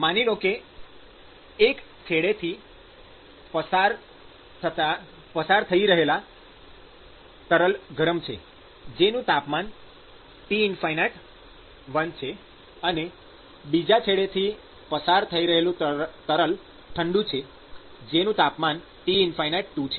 માની લો કે એક છેડેથી પસાર થઈ રહેલ તરલ ગરમ છે જેનું તાપમાન T∞1 છે અને બીજા છેડેથી પસાર થઈ રહેલ તરલ ઠંડુ છે જેનું તાપમાન T∞2 છે